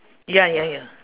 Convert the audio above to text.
ya ya ya